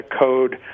code